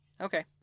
Okay